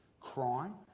crime